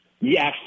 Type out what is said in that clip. Yes